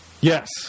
Yes